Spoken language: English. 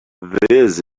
this